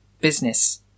business